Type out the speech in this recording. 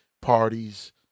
Parties